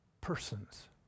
persons